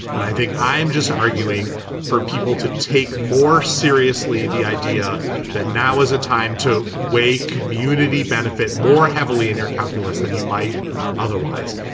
and i think i'm just arguing for people to take more seriously the idea that now is a time to weigh community benefit more heavily in your calculus than you might otherwise.